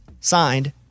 Signed